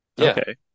Okay